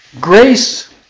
Grace